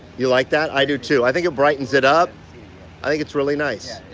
you like that? i do, too. i think it brightens it up i think it's really nice.